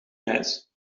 reis